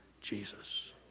Jesus